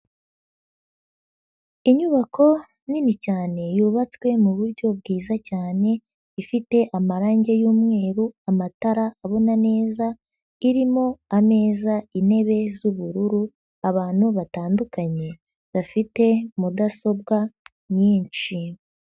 Inyubako nini cyane yubatswe mu buryo bwiza cyane, ifite amarangi y'umweru, amatara abona neza, irimo ameza, intebe z'ubururu, abantu batandukanye bafite Mudasobwa nyinshi.